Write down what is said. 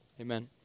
Amen